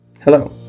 Hello